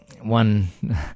One